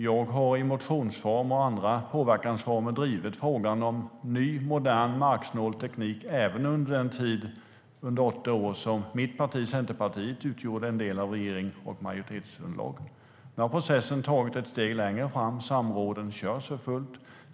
Jag har i motionsform och andra påverkansformer drivit frågan om ny modern marksnål teknik, även under de åtta år då mitt parti, Centerpartiet, utgjorde en del av regeringen och majoritetsunderlaget. Nu har processen tagits ett steg längre. Samråden körs för fullt.